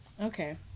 Okay